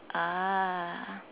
ah